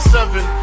Seven